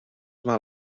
mal